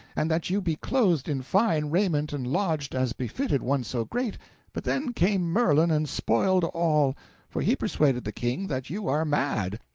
and that you be clothed in fine raiment and lodged as befitted one so great but then came merlin and spoiled all for he persuaded the king that you are mad,